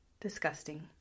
Disgusting